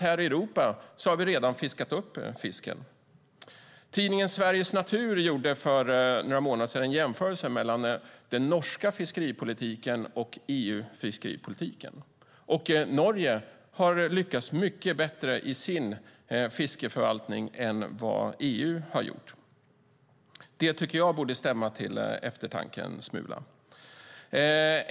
Här i Europa har vi redan fiskat upp fisken. För några månader sedan gjorde tidningen Sveriges Natur en jämförelse mellan den norska fiskeripolitiken och EU:s fiskeripolitik. Norge har lyckats mycket bättre med sin fiskeförvaltning än vad EU har gjort. Det tycker jag borde stämma till en smula eftertanke.